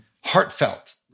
heartfelt